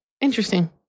Interesting